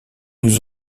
nous